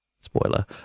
Spoiler